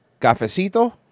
Cafecito